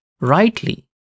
rightly